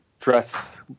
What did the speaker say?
dress